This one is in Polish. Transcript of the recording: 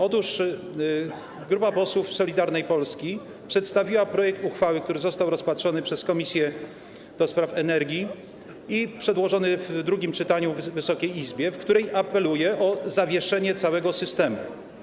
Otóż grupa posłów Solidarnej Polski przedstawiła projekt uchwały - który został rozpatrzony przez komisję do spraw energii i przedłożony do drugiego czytania w Wysokiej Izbie - w której apeluje o zawieszenie całego systemu.